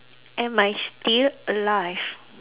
am I still alive